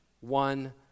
one